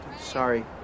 Sorry